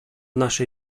naszej